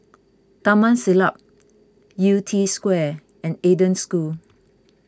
Taman Siglap Yew Tee Square and Eden School